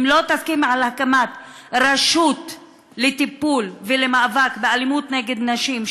אם היא לא תסכים להקמת רשות לטיפול ולמאבק באלימות נגד נשים,